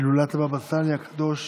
הילולת הבבא הסאלי הקדוש,